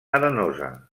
arenosa